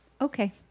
okay